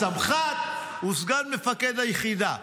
הסמח"ט הוא סגן מפקד היחידה,